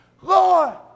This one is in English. Lord